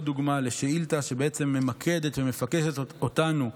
עוד דוגמה לשאילתה שממקדת ומפקסת אותנו,